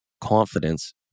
confidence